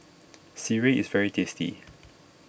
Sireh is very tasty